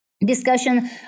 discussion